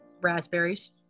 Raspberries